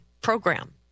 program